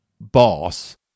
boss